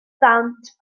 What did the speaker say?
ddant